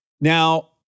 Now